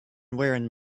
wearing